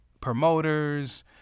promoters